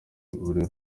buri